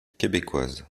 québécoise